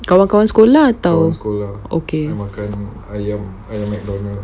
kawan-kawan sekolah atau